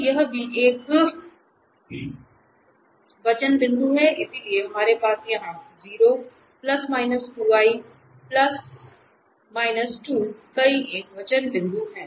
तो यह भी एक एकवचन बिंदु है इसलिए हमारे पास यहां कई एकवचन बिंदु हैं